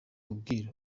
ubwiru